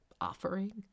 offering